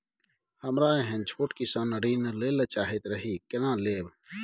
हमरा एहन छोट किसान ऋण लैले चाहैत रहि केना लेब?